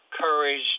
courage